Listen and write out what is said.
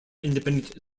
independent